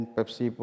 Pepsi